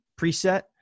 preset